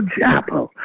chapel